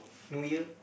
New Year